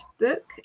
book